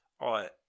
right